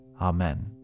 Amen